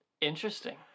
Interesting